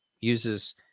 uses